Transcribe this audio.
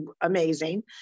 amazing